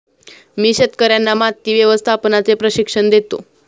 मी शेतकर्यांना माती व्यवस्थापनाचे प्रशिक्षण देतो